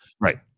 Right